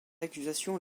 accusation